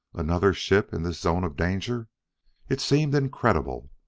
another ship in this zone of danger it seemed incredible.